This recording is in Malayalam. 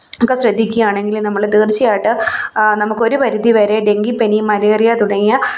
ഒക്കെ ശ്രദ്ധിക്കുക ആണെങ്കില് നമ്മള് തീർച്ചയായിട്ട് നമുക്ക് ഒരു പരിധിവരെ ഡെങ്കിപ്പനി മലേറിയ തുടങ്ങിയ